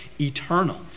eternal